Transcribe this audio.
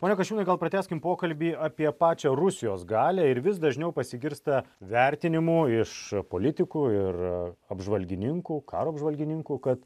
pone kasčiūnai gal pratęskim pokalbį apie pačią rusijos galią ir vis dažniau pasigirsta vertinimų iš politikų ir apžvalgininkų karo apžvalgininkų kad